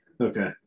Okay